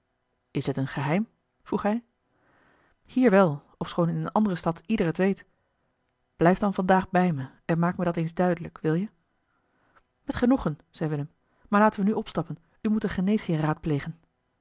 is t een geheim vroeg hij hier wel ofschoon in eene andere stad ieder het weet blijf dan vandaag bij mij en maak me dat eens duidelijk wil je met genoegen zei willem maar laten we nu opstappen u moet een geneesheer raadplegen